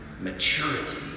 maturity